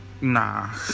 Nah